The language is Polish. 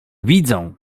widzą